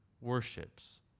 worships